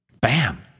bam